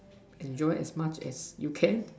enjoy as much as you can